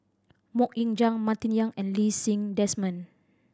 Mok Ying Jang Martin Yan and Lee Ti Seng Desmond